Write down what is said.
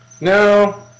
no